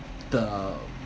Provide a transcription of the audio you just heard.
the